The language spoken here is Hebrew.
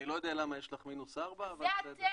אני לא יודע למה יש לכם מינוס 4. זה אתם.